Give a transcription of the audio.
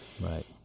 Right